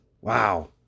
wow